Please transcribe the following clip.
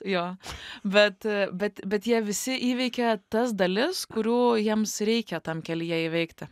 jo bet a bet bet jie visi įveikė tas dalis kurių jiems reikia tam kelyje įveikti